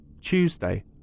Tuesday